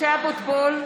משה אבוטבול,